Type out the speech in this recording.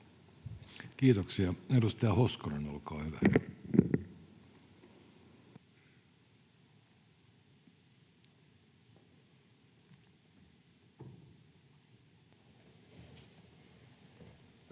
Kiitoksia. — Edustaja Hoskonen, olkaa hyvä. Arvoisa